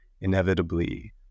inevitably